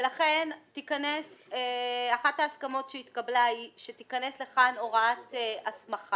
ולכן אחת ההסכמות שהתקבלה היא שתיכנס לכאן הוראת הסמכה.